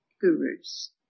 gurus